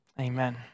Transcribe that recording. Amen